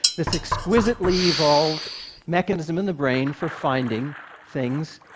this exquisitely evolved mechanism in the brain for finding things.